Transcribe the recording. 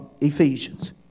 Ephesians